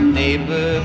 neighbor